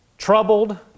Troubled